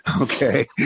Okay